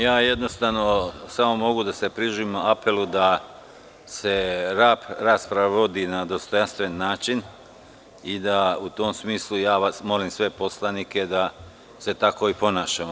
Jednostavno, samo mogu da se pridružim apelu da se rasprava vodi na dostojanstven način i u tom smislu molim sve poslanike da se tako i ponašamo.